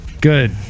Good